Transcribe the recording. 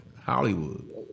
Hollywood